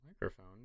microphone